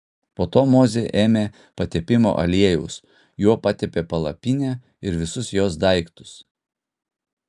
po to mozė ėmė patepimo aliejaus juo patepė palapinę ir visus jos daiktus